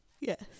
Yes